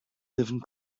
living